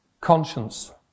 Conscience